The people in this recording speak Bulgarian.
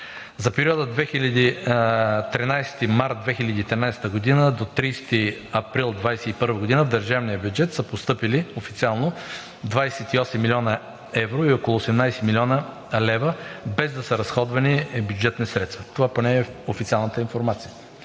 За периода от 13 март 2013 г. до 30 април 2021 г. в държавния бюджет са постъпили официално 28 млн. евро и около 18 млн. лв., без да са разходвани бюджетни средства. Това поне е официалната информация